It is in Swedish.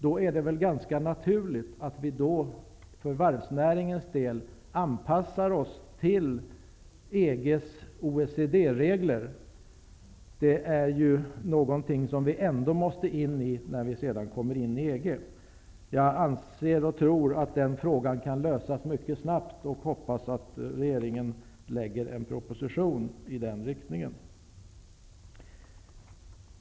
Då är det väl ganska naturligt och mycket vettigare att vi för varvsnäringens del anpassar oss till EG:s OECD regler. Dem måste vi ju ändå följa när vi kommer in i EG. Jag anser och tror att frågan kan lösas mycket snabbt och hoppas att regeringen lägger fram en proposition med förslag i den riktningen.